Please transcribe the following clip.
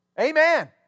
Amen